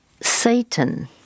Satan